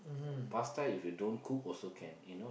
pasta if you don't cook also can you know